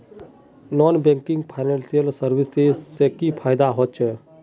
Non banking financial services से की फायदा होचे?